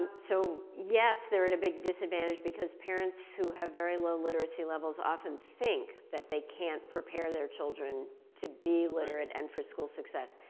so, yes, they're at a big disadvantage because parents who have very low literacy levels often think that they can't prepare their children to be literate and for school success,